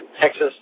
Texas